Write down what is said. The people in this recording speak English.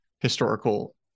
historical